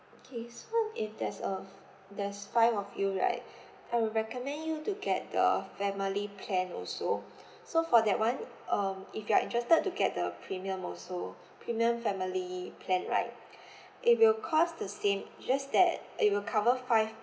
okay so if there's a there's five of you right I will recommend you to get the family plan also so for that one um if you are interested to get the premium also premium family plan right it will cost the same just that it will cover five